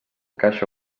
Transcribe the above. caixa